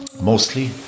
mostly